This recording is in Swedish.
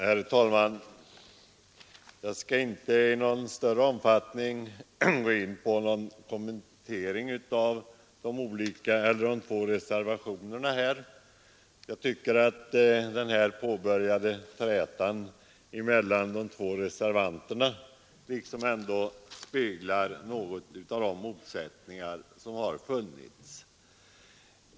Herr talman! Jag skall inte i någon större omfattning kommentera de båda reservationerna. Jag tycker att den påbörjade trätan mellan de två reservanterna speglar de motsättningar som har funnits.